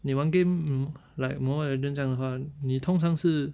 你玩 game like mobile legend 这样的话你通常是